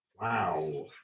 Wow